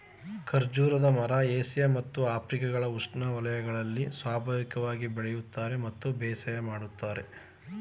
ಖರ್ಜೂರದ ಮರ ಏಷ್ಯ ಮತ್ತು ಆಫ್ರಿಕಗಳ ಉಷ್ಣವಯಗಳಲ್ಲೆಲ್ಲ ಸ್ವಾಭಾವಿಕವಾಗಿ ಬೆಳೆಯೋದಲ್ಲದೆ ಬೇಸಾಯದಲ್ಲಿದೆ